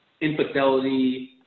infidelity